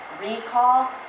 recall